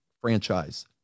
franchise